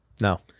No